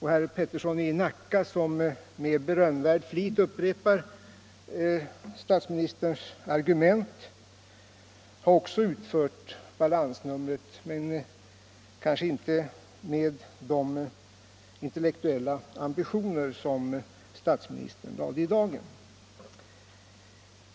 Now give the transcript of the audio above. Herr Peterson i Nacka, som med berömvärd flit upprepar statsministerns argument, har också utfört balansnumret men utan de intellektuella ambitioner som statsministern lade i dagen.